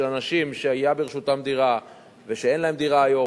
אנשים שהיתה ברשותם דירה ושאין להם דירה היום,